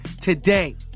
today